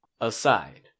aside